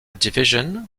division